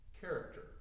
character